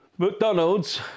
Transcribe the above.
McDonald's